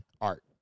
art